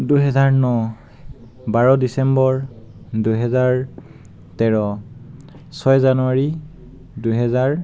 দুহেজাৰ ন বাৰ ডিচেম্বৰ দুহেজাৰ তেৰ ছয় জানুৱাৰী দুহেজাৰ